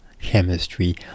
chemistry